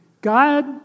God